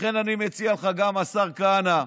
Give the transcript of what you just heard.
לכן אני מציע לך, השר כהנא,